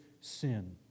sin